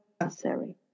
necessary